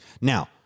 Now